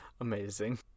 Amazing